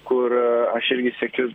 kur aš irgi siekiu